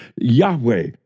Yahweh